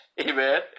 Amen